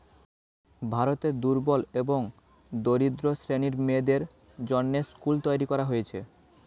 ভারতে দুর্বল এবং দরিদ্র শ্রেণীর মেয়েদের জন্যে স্কুল তৈরী করা হয়েছে